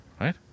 right